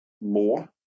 more